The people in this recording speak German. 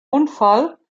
unfall